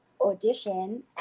audition